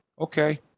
okay